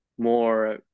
more